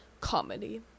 comedy